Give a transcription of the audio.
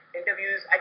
interviews